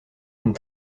une